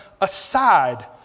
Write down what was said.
aside